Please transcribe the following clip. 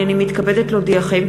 הנני מתכבדת להודיעכם,